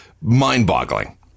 mind-boggling